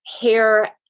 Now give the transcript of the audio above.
hair